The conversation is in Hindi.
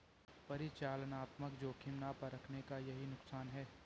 परिचालनात्मक जोखिम ना परखने का यही नुकसान है